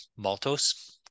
maltose